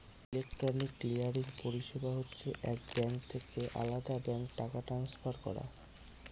electronic clearing পরিষেবা হচ্ছে এক ব্যাঙ্ক থেকে আলদা ব্যাঙ্কে টাকা ট্রান্সফার করা